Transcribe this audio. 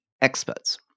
experts